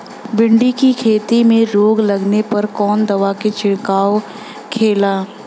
भिंडी की खेती में रोग लगने पर कौन दवा के छिड़काव खेला?